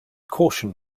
caution